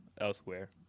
elsewhere